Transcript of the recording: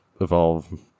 evolve